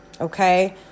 okay